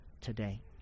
today